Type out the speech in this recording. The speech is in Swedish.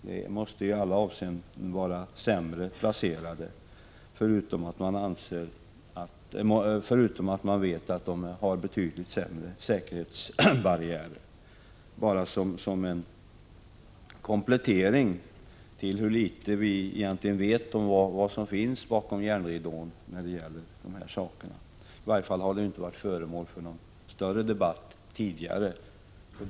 De måste i alla avseenden vara sämre placerade. Dessutom vet man att de har betydligt sämre säkerhetsbarriärer. Detta bara sagt som en komplettering till hur litet vi egentligen vet om vad som finns bakom järnridån. Detta har i varje fall inte varit föremål för någon större debatt tidigare.